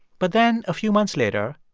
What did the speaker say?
but then a few months later,